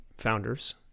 founders